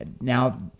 Now